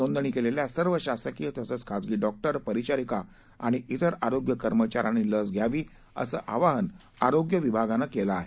नोंदणी केलेल्या सर्व शासकीय तसंच खाजगी डॉक्टर परिचारिका आणि इतर आरोग्य कर्मचाऱ्यांनी लस घ्यावी असं आवाहन आरोग्य विभागानं केलं आहे